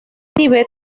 tíbet